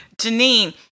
Janine